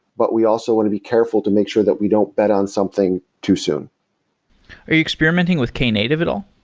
but we also want to be careful to make sure that we don't bet on something too soon are you experimenting with knative at all?